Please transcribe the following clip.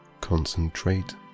concentrate